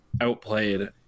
outplayed